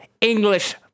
English